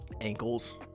ankles